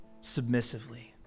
submissively